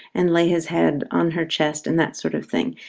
and lay his head on her chest, and that sort of thing.